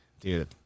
Dude